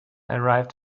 arrived